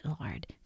Lord